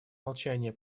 молчания